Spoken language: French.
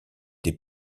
des